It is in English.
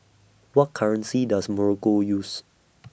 What currency Does Morocco use